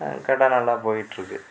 கடை நல்லா போயிட்யிருக்கு